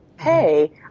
hey